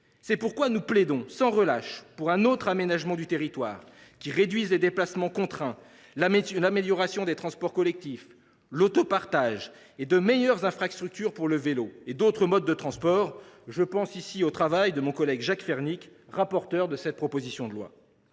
C’est pourquoi nous plaidons sans relâche pour un autre aménagement du territoire, qui permettrait de réduire les déplacements contraints, d’améliorer des transports collectifs et de favoriser l’autopartage, ainsi que de meilleures infrastructures pour le vélo et d’autres modes de transport. Je pense ici au travail de mon collègue Jacques Fernique, rapporteur de cette proposition de loi.